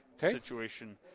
situation